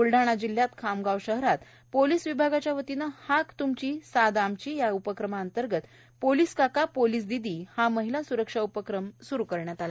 ब्लढाणा जिल्ह्यात खामगाव शहरात पोलिस विभागाच्या वतीन हाक त्मची साद आमची अंतर्गत पोलिस काका पोलिस दीदी हा महिला स्रक्षा उपक्रम स्रू करण्यात आला